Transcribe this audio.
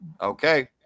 Okay